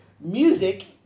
music